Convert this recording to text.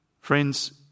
Friends